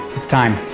it's time.